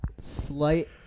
slight